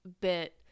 bit